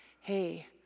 Hey